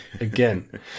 again